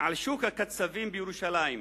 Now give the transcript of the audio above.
על שוק הקצבים בירושלים,